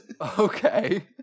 Okay